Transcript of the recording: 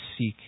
seek